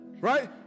right